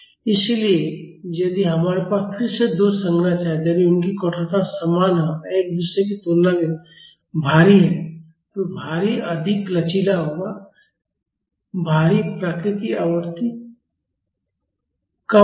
इसलिए यदि हमारे पास फिर से दो संरचनाएं हैं यदि उनकी कठोरता समान है और एक दूसरे की तुलना में भारी है तो भारी अधिक लचीला होगा भारी प्राकृतिक आवृत्ति कम होगी